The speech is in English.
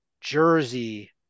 Jersey